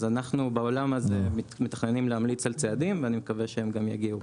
אנחנו מתכננים להמליץ על צעדים ומקווה שגם יגיעו.